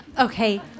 Okay